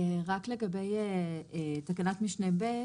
אז רק לגבי תקנת משנה ב',